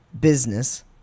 business